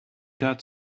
got